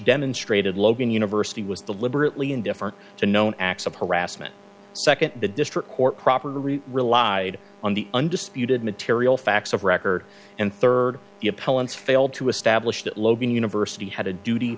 demonstrated logan university was deliberately indifferent to known acts of harassment second the district court proper the rule relied on the undisputed material facts of record and third the appellant's failed to establish that logan university had a duty